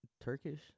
Turkish